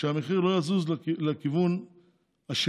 שהמחיר לא יזוז לכיוון השני,